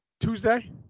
Tuesday